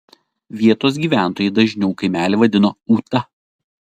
vietos gyventojai dažniau kaimelį vadino ūta